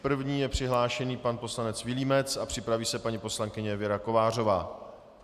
První je přihlášený pan poslanec Vilímec a připraví se paní poslankyně Věra Kovářová.